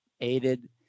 aided